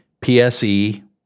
PSE